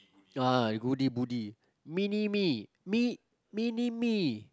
ah goody goody mini-me me mini-me